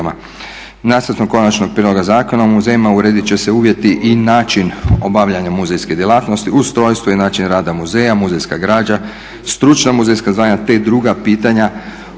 uredit će se uvjeti i način obavljanja muzejske djelatnosti, ustrojstvo i način rada muzeja, muzejska građa, stručna muzejska znanja te druga pitanja